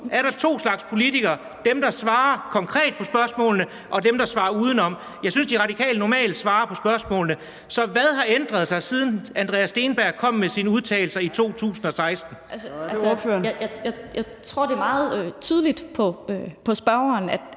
er der to slags politikere: dem, der svarer konkret på spørgsmålene, og dem, der svarer udenom. Jeg synes, at De Radikale normalt svarer på spørgsmålene, så hvad har ændret sig, siden hr. Andreas Steenberg kom med sine udtalelser i 2016? Kl. 17:55 Tredje næstformand